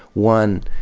one,